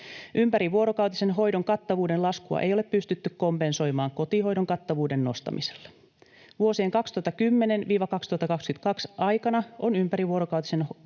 Ympärivuorokautisen hoidon kattavuuden laskua ei ole pystytty kompensoimaan kotihoidon kattavuuden nostamisella. Vuosien 2010—2022 aikana on ympärivuorokautisen hoidon kattavuuden